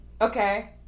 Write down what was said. Okay